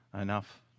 enough